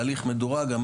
תהליך מדורג,